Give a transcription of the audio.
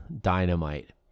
dynamite